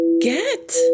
Get